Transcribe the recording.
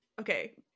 Okay